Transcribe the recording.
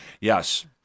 Yes